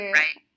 right